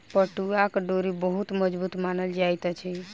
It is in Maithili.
पटुआक डोरी बहुत मजबूत मानल जाइत अछि